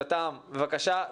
יותם בבקשה,